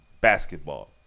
basketball